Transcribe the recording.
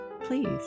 please